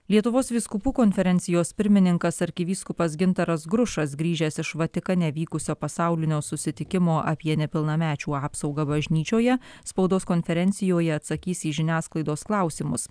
lietuvos vyskupų konferencijos pirmininkas arkivyskupas gintaras grušas grįžęs iš vatikane vykusio pasaulinio susitikimo apie nepilnamečių apsaugą bažnyčioje spaudos konferencijoje atsakys į žiniasklaidos klausimus